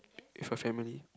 is for family